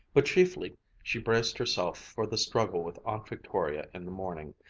but chiefly she braced herself for the struggle with aunt victoria in the morning.